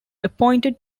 appointed